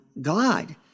God